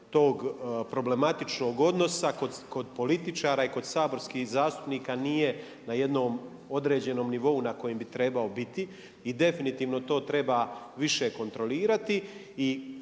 tog problematičnog odnosa kod političara i kod saborskih zastupnika nije na jednom određenom nivou na kojem bi trebao biti. I definitivno to treba više kontrolirati.